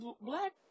black